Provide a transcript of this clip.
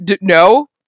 no